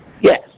Yes